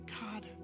God